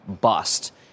bust